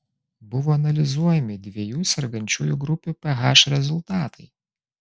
buvo analizuojami dviejų sergančiųjų grupių ph rezultatai